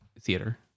theater